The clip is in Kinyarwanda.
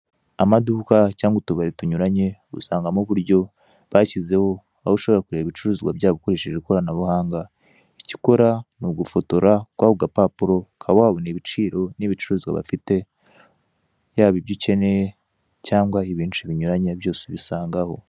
Amaduka cyangwa utubari tunyuranye usangamo uburyo bashyizeho aho ushobora kureba ibicuruzwa byabo ukoresheje ikoranabuhanga icyo ukora nugufotora kurako gapapuro ukaba wabona ibiciro nibicuruzwa bafite yaba ibyo ukeneye cyangwa ibyinshi binyuranye byose ubisangaho.